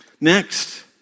Next